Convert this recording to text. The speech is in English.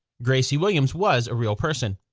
gracie williams was a real person.